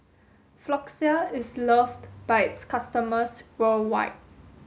Floxia is loved by its customers worldwide